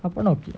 அப்பனா:apana okay